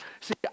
See